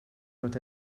doit